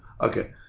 okay